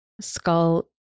Skull